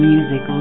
Music